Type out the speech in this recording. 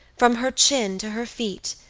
from her chin to her feet,